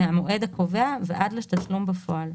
מהמועד הקובע ועד לתשלום בפועל,